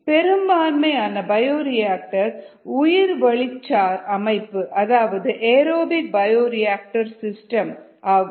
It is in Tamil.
பெரும்பான்மை ஆன பயோரியாக்டர் உயிர்வளிசார் அமைப்பு அதாவது ஏரோபிக் பயோரியாக்டர் சிஸ்டம் ஆகும்